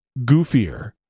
goofier